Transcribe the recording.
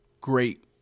Great